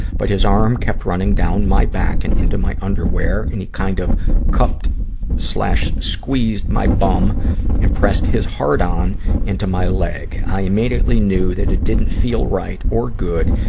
but his arm kept running down my back and into my underwear. and he kind of cupped squeezed my bum and pressed his hard-on into my leg. i immediately knew that it didn't feel right or good,